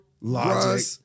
Logic